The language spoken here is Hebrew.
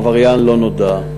עבריין לא נודע.